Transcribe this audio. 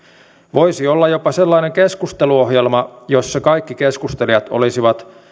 voisi olla jopa sellainen keskusteluohjelma jossa kaikki keskustelijat olisivat